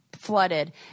flooded